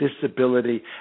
disability